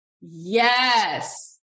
Yes